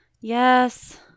Yes